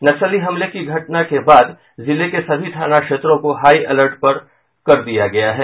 नक्सली हमले की घटना के बाद जिले के सभी थाना क्षेत्रों को हाई अलर्ट कर दिया गया है